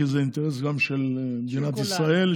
כי זה אינטרס גם של מדינת ישראל,